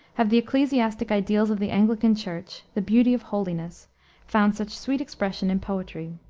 have the ecclesiastic ideals of the anglican church the beauty of holiness found such sweet expression in poetry.